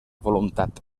voluntat